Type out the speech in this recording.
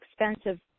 expensive